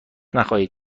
نخواهید